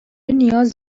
نیاز